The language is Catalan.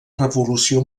revolució